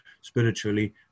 spiritually